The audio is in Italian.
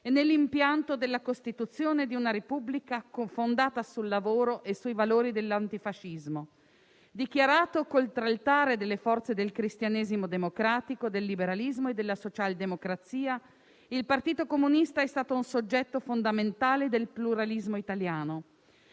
e nell'impianto della Costituzione di una Repubblica cofondata sul lavoro e sui valori dell'antifascismo. Dichiarato contraltare delle forze del cristianesimo democratico, del liberalismo e della socialdemocrazia, il Partito Comunista è stato un soggetto fondamentale del pluralismo italiano.